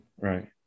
right